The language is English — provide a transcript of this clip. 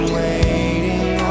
waiting